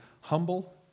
humble